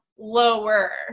Lower